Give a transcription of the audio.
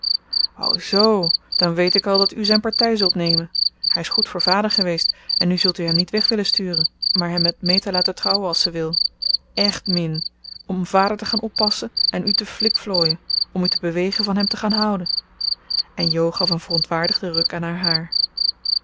o zoo dan weet ik al dat u zijn partij zult nemen hij is goed voor vader geweest en nu zult u hem niet weg willen sturen maar hem met meta laten trouwen als ze wil echt min om vader te gaan oppassen en u te flikflooien om u te bewegen van hem te gaan houden en jo gaf een verontwaardigden ruk aan haar haar